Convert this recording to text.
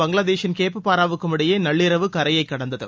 பங்களாதேஷின் கேப்புபாராவுக்கும் இடையே நள்ளிரவு கரையைக் கடந்தது